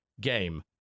game